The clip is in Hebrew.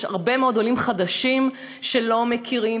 יש הרבה מאוד עולים חדשים שלא מכירים,